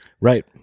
Right